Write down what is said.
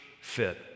fit